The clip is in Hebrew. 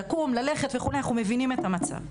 אנחנו מבינים את המצב.